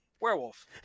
werewolf